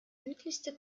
südlichste